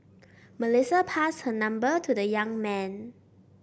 Melissa passed her number to the young man